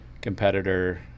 competitor